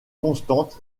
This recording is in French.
constante